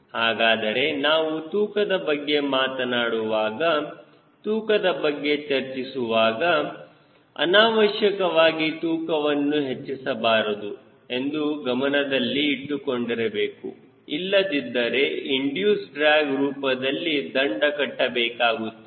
ಹಾಗಾದರೆ ನಾವು ತೂಕದ ಬಗ್ಗೆ ಮಾತನಾಡುವಾಗ ತೂಕದ ಬಗ್ಗೆ ಚರ್ಚಿಸುವಾಗ ಅನಾವಶ್ಯಕವಾಗಿ ತೂಕವನ್ನು ಹೆಚ್ಚಿಸಬಾರದು ಎಂದು ಗಮನದಲ್ಲಿ ಇಟ್ಟುಕೊಂಡಿರಬೇಕುಇಲ್ಲದಿದ್ದರೆ ಇಂಡಿಯೂಸ್ ಡ್ರ್ಯಾಗ್ ರೂಪದಲ್ಲಿ ದಂಡ ಕಟ್ಟಬೇಕಾಗುತ್ತದೆ